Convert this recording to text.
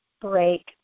break